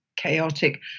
chaotic